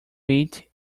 eat